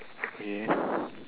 okay